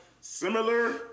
similar